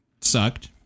sucked